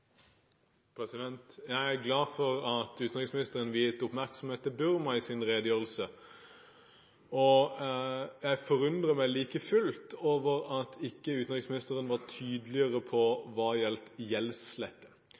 glad for at utenriksministeren viet oppmerksomhet til Burma i sin redegjørelse. Jeg forundrer meg like fullt over at utenriksministeren ikke